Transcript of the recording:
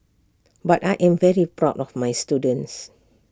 but I am very proud of my students